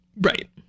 Right